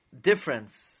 difference